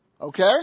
Okay